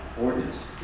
ordinance